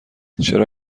چرا